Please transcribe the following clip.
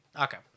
Okay